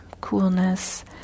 coolness